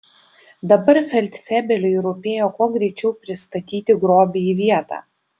dabar feldfebeliui rūpėjo kuo greičiau pristatyti grobį į vietą